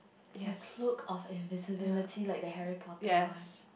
the cloak of invisibility like the Harry-Potter one